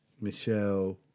Michelle